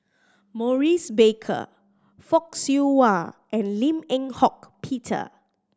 Maurice Baker Fock Siew Wah and Lim Eng Hock Peter